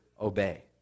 obey